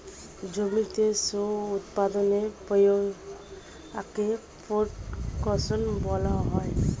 জমিতে শস্য উৎপাদনের প্রক্রিয়াকে প্রোডাকশন বলা হয়